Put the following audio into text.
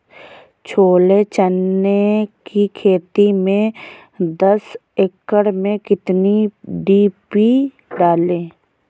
छोले चने की खेती में दस एकड़ में कितनी डी.पी डालें?